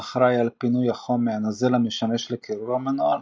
האחראי על פינוי החום מהנוזל המשמש לקירור המנוע,